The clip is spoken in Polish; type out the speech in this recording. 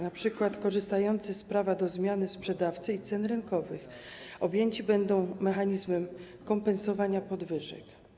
Na przykład korzystający z prawa do zmiany sprzedawcy i cen rynkowych objęci będą mechanizmem kompensowania podwyżek.